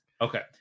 okay